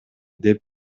деп